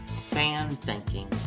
fan-thinking